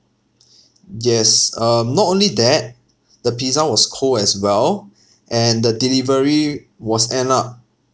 yes um not only that the pizza was cold as well and the delivery was end up